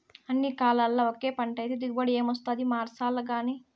అన్ని కాలాల్ల ఒకే పంటైతే దిగుబడి ఏమొస్తాది మార్సాల్లగానీ